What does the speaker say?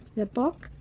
the book,